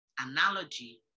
analogy